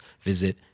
visit